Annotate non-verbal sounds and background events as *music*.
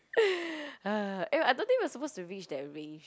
*noise* eh I don't think we are supposed to reach that range